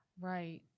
right